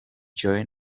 join